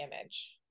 image